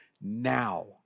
now